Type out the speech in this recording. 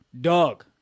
Dog